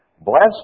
Blessed